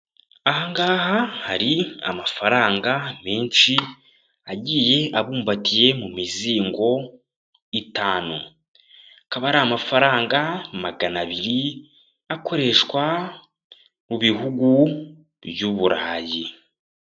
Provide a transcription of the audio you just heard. Aha ngaha hari amafaranga menshi agiye abumbatiye mu mizingo itanu, akaba ari amafaranga magana abiri akoreshwa mu bihugu by'Uburayi.